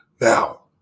Now